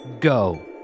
go